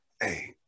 hey